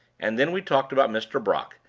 and then we talked about mr. brock,